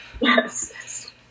Yes